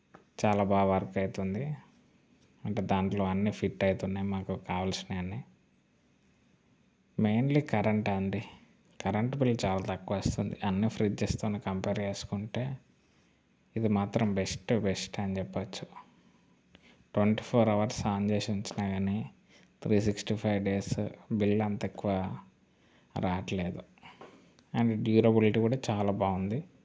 చాలా బాగా వర్క్ అవుతుంది అంటే దాంట్లో అన్ని ఫీట్ అవుతున్నాయి మాకు కావాల్సినవన్నీ మెయిన్లీ కరెంట్ అండి కరెంట్ బిల్ చాలా తక్కువ వస్తుంది అన్ని ఫ్రిడ్జ్స్తోని కంపేర్ చేసుకుంటే ఇది మాత్రం బెస్ట్ బెస్ట్ అని చెప్పొచ్చు ట్వంటీ ఫోర్ అవర్స్ ఆన్ చేసి ఉంచినా కానీ three sixty five days bill అంత ఎక్కువ రావట్లేదు అండ్ డ్యూరబులిటీ కూడా చాలా బాగుంది